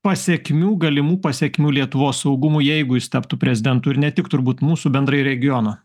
pasekmių galimų pasekmių lietuvos saugumui jeigu jis taptų prezidentu ir ne tik turbūt mūsų bendrai regiono